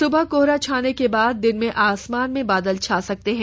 सुबह कोहरा छाने के बाद दिन में आसमान में बादल छा सकते हैं